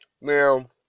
Now